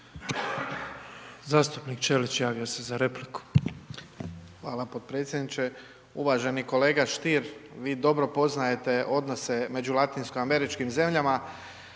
Zastupnik Ćelić javio se za repliku. **Ćelić, Ivan (HDZ)** Hvala potpredsjedniče. Uvaženi kolega Stier, vi dobro poznajete odnose među Latinsko Američkim zemljama,